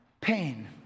pain